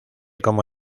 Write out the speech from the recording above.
como